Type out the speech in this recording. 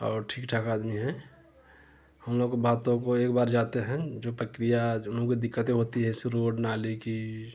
और ठीक ठाक आदमी हैं हम लोगों के बातों को एक बार जाते हैं जो प्रक्रिया जो उन लोगों को दिक्कतें होती हैं जैसे रोड नाले की